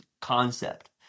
concept